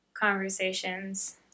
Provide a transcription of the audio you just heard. conversations